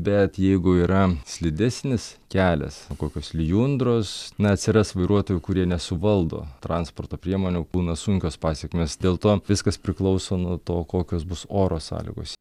bet jeigu yra slidesnis kelias kokios lijundros na atsiras vairuotojų kurie nesuvaldo transporto priemonių būna sunkios pasekmės dėl to viskas priklauso nuo to kokios bus oro sąlygos